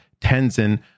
Tenzin